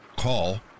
Call